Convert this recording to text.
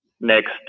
next